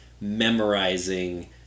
memorizing